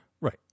Right